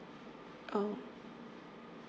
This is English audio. oh